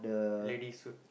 ladies suit